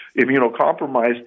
immunocompromised